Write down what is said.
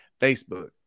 Facebook